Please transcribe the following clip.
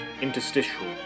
interstitial